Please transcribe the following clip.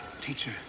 Teacher